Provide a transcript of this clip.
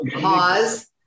pause